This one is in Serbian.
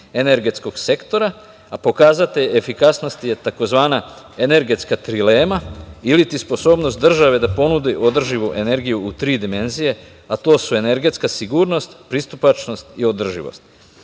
energetskog sektora a pokazatelj efikasnosti je tzv. energetska trilema ili ti sposobnost države da ponudi održivu energiju u tri dimenzije, a to su energetska sigurnost, pristupačnost i održivost.